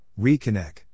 ReConnect